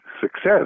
success